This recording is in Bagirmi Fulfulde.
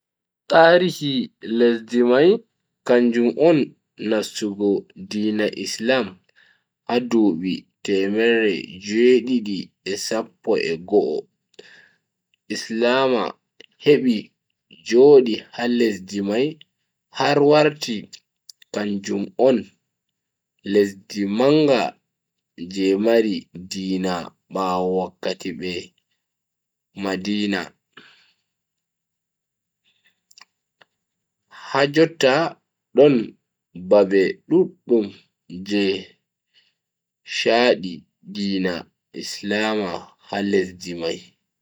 Tarihi lesdi mai kanjum on nastugo diina islama ha dubi temerre jui-didi e sappo e go'o. islama hebi Jodi ha lesdi mai har warti kanjum on lesdi manga je mari diina bawo makka be Madina. ha jotta don babe duddum je shadi diina islama ha lesdi mai.